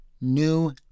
new